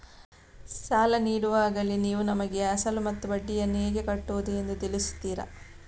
ಸಾಲ ನೀಡುವಾಗಲೇ ನೀವು ನಮಗೆ ಅಸಲು ಮತ್ತು ಬಡ್ಡಿಯನ್ನು ಹೇಗೆ ಕಟ್ಟುವುದು ಎಂದು ತಿಳಿಸುತ್ತೀರಾ?